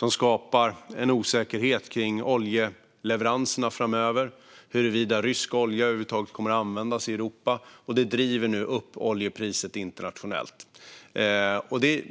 Det skapar en osäkerhet kring oljeleveranserna framöver och huruvida rysk olja över huvud taget kommer att användas i Europa. Det driver nu upp oljepriset internationellt.